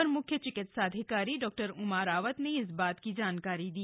अपर मुख्य चिकित्साधिकारी डा उमा रावत ने इस बात की जानकारी दी